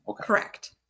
Correct